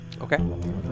Okay